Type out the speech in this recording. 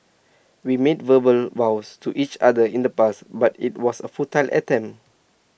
we made verbal vows to each other in the past but IT was A futile attempt